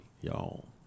y'all